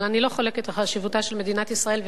אבל אני לא חולקת על חשיבותה של מדינת ישראל.